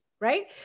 right